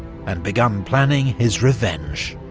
and begun planning his revenge,